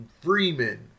Freeman